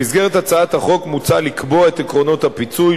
במסגרת הצעת החוק מוצע לקבוע את עקרונות הפיצוי,